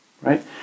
Right